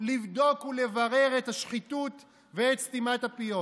לבדוק ולברר את השחיתות ואת סתימת הפיות.